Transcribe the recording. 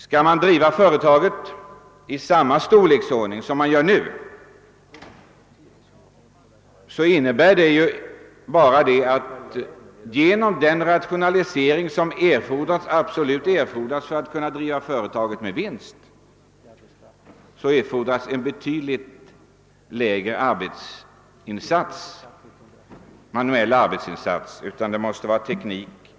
Om företaget bibehålles vid nuvarande storlek kräver den rationalisering som är nödvändig för att företaget skall kunna drivas med vinst att arbetsstyrkan minskas och till en del ersätts med maskiner och en förbättrad teknik.